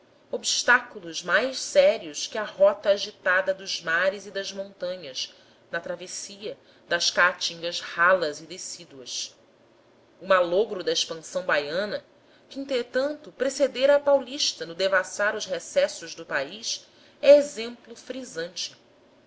obstáculos mais sérios que a rota agitada dos mares e das montanhas na travessia das caatingas ralas e decíduas o malogro da expansão baiana que entretanto precedera à paulista no devassar os recessos do país é um exemplo frisante